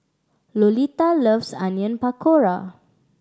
Lolita loves Onion Pakora